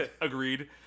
agreed